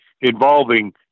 involving